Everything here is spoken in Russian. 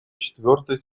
четвертой